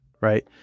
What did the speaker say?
right